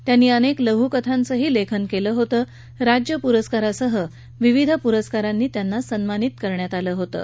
त्यांनी अनेक लघुकथांचं लेखन केलं असून राज्य पुरस्कारासह विविध पुरस्कारांनी त्यांना सन्मानित करण्यात आलं होतं